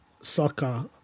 soccer